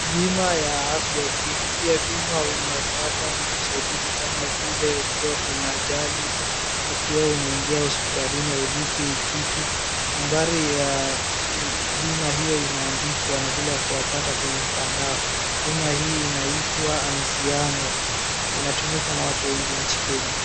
Bima ya afya, ukilipia bima unapata usaidizi kama vile ukiwa kwenye ajali ukiwa unaingia hospitalini haulipi kitu. Nambari ya bima hiyo imeandikwa na vile ya kuwapata kwenye mtandao. Bima hii inaitwa Anziano. Inatumika na watu wengi nchi Kenya.